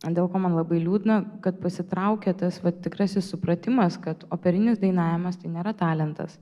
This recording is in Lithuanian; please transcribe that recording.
dėl to man labai liūdna kad pasitraukia tas tikrasis supratimas kad operinis dainavimas tai nėra talentas